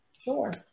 Sure